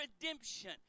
redemption